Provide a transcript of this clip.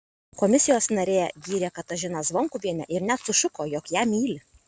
komisijos narė gyrė katažiną zvonkuvienę ir net sušuko jog ją myli